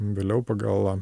vėliau pagal